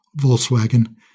Volkswagen